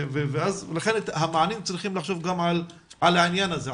לכן המענים צריכים לחשוב על העניין הזה,